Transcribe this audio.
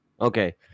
okay